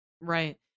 Right